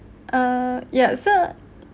uh ya so